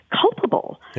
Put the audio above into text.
culpable